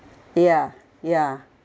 ya ya